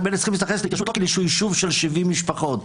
צריכים להתייחס להתיישבות לא כאל יישוב של 70 משפחות.